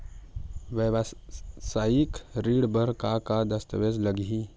वेवसायिक ऋण बर का का दस्तावेज लगही?